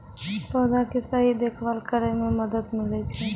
पौधा के सही देखभाल करै म मदद मिलै छै